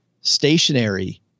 stationary